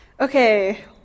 Okay